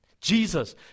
Jesus